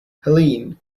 helene